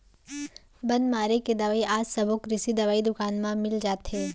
बन मारे के दवई आज सबो कृषि दवई दुकान म मिल जाथे